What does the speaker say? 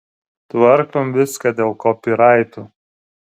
tvarkom viską dėl kopiraitų